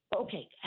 Okay